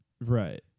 Right